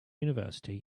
university